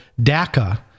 DACA